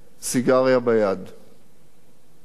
רבותי,